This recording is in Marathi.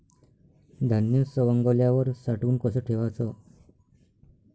धान्य सवंगल्यावर साठवून कस ठेवाच?